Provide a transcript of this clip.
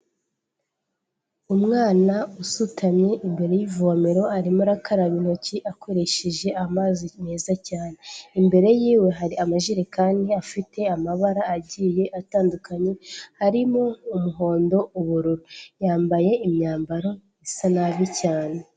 Umwana usutamye imbere y'ivomero arimo arakaraba intoki akoresheje amazi meza cyane, imbere yiwe hari amajerikani afite amabara agiye atandukanye harimo umuhondo, ubururu; yambaye imyambaro isa nabi cyane.